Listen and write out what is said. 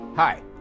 Hi